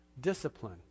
discipline